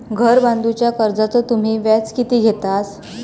घर बांधूच्या कर्जाचो तुम्ही व्याज किती घेतास?